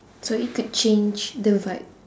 so it could change the vibe